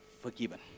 forgiven